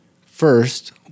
First